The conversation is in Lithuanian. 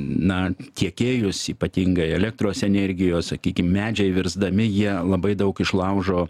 na tiekėjus ypatingai elektros energijos sakykim medžiai virsdami jie labai daug išlaužo